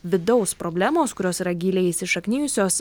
vidaus problemos kurios yra giliai įsišaknijusios